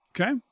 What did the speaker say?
Okay